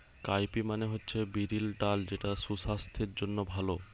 cowpea মানে হচ্ছে বিরির ডাল যেটা সুসাস্থের জন্যে ভালো